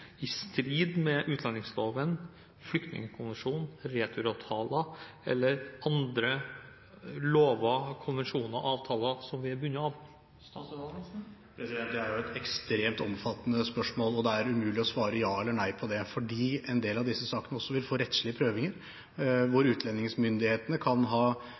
i strid med utlendingsloven, Flyktningkonvensjonen, returavtaler eller andre lover, konvensjoner eller avtaler som vi er bundet av? Det er jo et ekstremt omfattende spørsmål, og det er umulig å svare ja eller nei på det, fordi en del av disse sakene også vil få rettslige prøvinger, hvor utlendingsmyndighetene kan ha